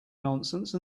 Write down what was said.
nonsense